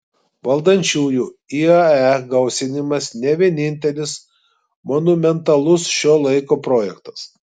valdančiųjų iae gausinimas ne vienintelis monumentalus šio laiko projektas